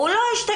הוא לא השתקם.